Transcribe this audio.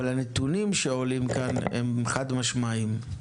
הנתונים שעולים כאן הם חד משמעיים: